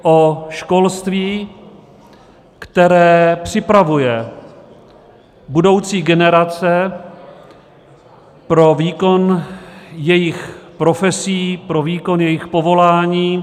O školství, které připravuje budoucí generace pro výkon jejich profesí, pro výkon jejich povolání?